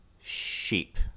sheep